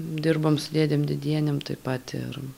dirbom su dėdėm dėdienėm taip pat ir